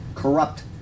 corrupt